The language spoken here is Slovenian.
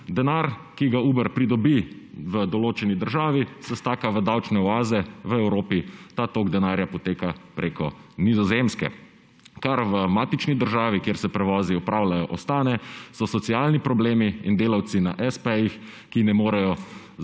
Denar, ki ga Uber pridobi v določeni državi, se staka v davčne oaze v Evropi. Ta tok denarja poteka preko Nizozemske. Kar v matični državi, kjer se prevozi opravljajo, ostane, so socialni problemi in delavci na s.p.-jih, ki ne morejo